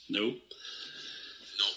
Nope